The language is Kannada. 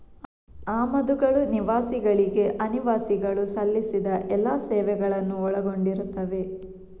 ಆಮದುಗಳು ನಿವಾಸಿಗಳಿಗೆ ಅನಿವಾಸಿಗಳು ಸಲ್ಲಿಸಿದ ಎಲ್ಲಾ ಸೇವೆಗಳನ್ನು ಒಳಗೊಂಡಿರುತ್ತವೆ